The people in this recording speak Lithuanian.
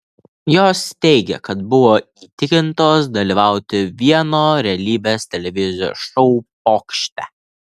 jos teigė kad buvo įtikintos dalyvauti vieno realybės televizijos šou pokšte